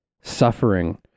suffering